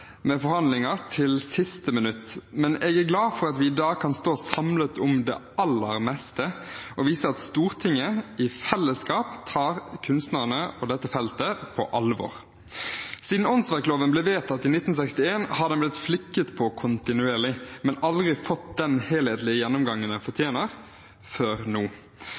med forhandlinger til siste minutt, men jeg er glad for at vi i dag kan stå samlet om det aller meste og viser at Stortinget i fellesskap tar kunstnerne og dette feltet på alvor. Siden åndsverkloven ble vedtatt i 1961, har den blitt flikket på kontinuerlig, men aldri fått den helhetlige gjennomgangen den fortjener – før nå.